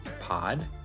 Pod